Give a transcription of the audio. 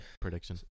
prediction